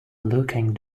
looking